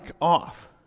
off